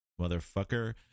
motherfucker